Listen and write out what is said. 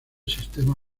sistema